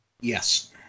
Yes